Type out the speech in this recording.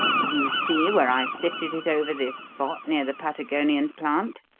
do you see where i sifted it over this spot near the patagonian plant?